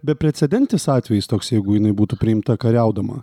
beprecedentis atvejis toks jeigu jinai būtų priimta kariaudama